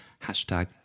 hashtag